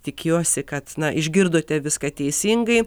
tikiuosi kad išgirdote viską teisingai